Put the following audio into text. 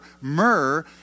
myrrh